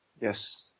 Yes